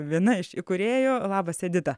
viena iš įkūrėjų labas edita